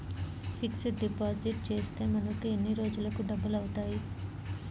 Fixed deposit చేస్తే మనకు ఎన్ని రోజులకు డబల్ అవుతాయి?